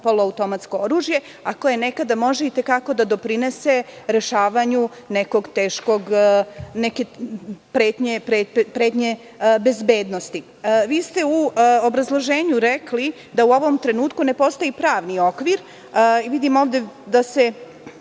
poloautomatsko oružje, a koje nekada može i te kako da doprinese rešavanju neke pretnje bezbednosti. Vi ste u obrazloženju rekli da u ovom trenutku ne postoji pravni okvir i vidim ovde da se